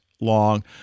long